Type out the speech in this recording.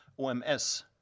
OMS